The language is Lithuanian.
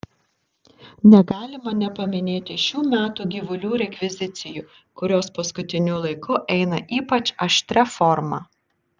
negalima nepaminėti šių metų gyvulių rekvizicijų kurios paskutiniu laiku eina ypač aštria forma